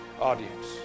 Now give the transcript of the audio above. audience